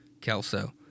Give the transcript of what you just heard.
Kelso